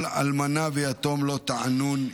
כל אלמנה ויתום לא תענון,